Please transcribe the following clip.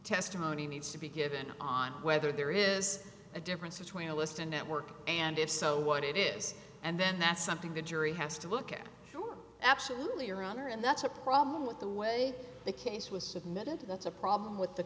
testimony needs to be given on whether there is a difference between a list and network and if so what it is and then that's something the jury has to look at your absolutely your honor and that's a problem with the way the case was submitted that's a problem with the